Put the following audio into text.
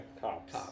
Cops